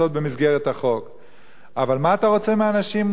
אבל מה אתה רוצה מאנשים חפים מפשע שיושבים בבתיהם?